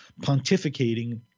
pontificating